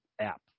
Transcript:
app